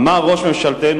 אמר ראש ממשלתנו,